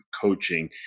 coaching